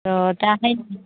औ दा नायनो